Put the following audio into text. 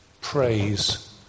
praise